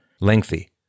lengthy